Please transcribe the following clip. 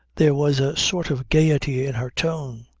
there was a sort of gaiety in her tone.